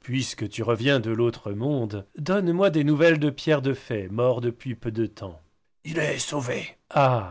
puisque tu reviens de l'autre monde donnes moi des nouvelles de pierre defais mort depuis peu de tems il est sauvé et